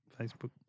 Facebook